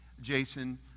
Jason